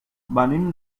venim